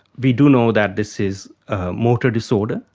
we do know that this is a motor disorder,